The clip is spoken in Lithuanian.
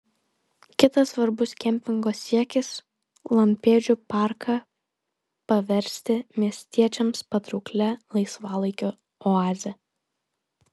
kitas svarbus kempingo siekis lampėdžių parką paversti miestiečiams patrauklia laisvalaikio oaze